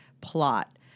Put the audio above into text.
plot